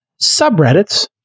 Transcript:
subreddits